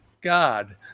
God